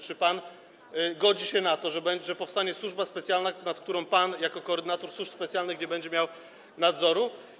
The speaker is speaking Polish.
Czy pan godzi się na to, że powstanie służba specjalna, nad którą pan jako koordynator służb specjalnych nie będzie miał nadzoru?